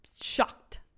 shocked